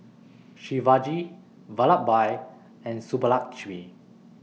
Shivaji Vallabhbhai and Subbulakshmi